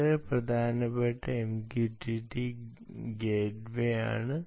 വളരെ പ്രധാനപ്പെട്ട MQTT S gateway ആണ്